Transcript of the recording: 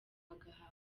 agahabwa